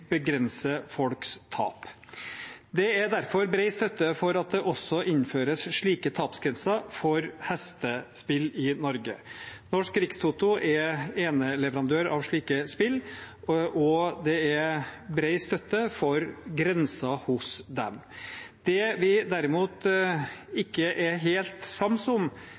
folks tap. Det er bred støtte for at det også innføres slike tapsgrenser for hestespill i Norge. Norsk Rikstoto er eneleverandør av slike spill, og det er bred støtte for grenser hos dem. Det vi derimot ikke er helt